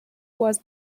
was